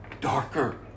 darker